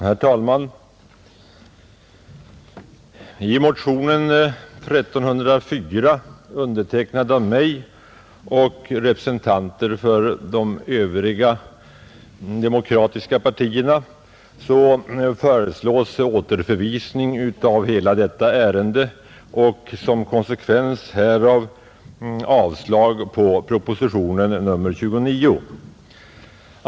Herr talman! I motionen 1304, undertecknad av mig och representanter för alla de övriga demokratiska partierna, föreslås återförvisning av hela detta ärende och som en konsekvens härav avslag på propositionen 140 29.